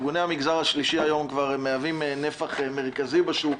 ארגוני המגזר השלישי היום מהווים נפח מרכזי בשוק,